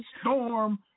storm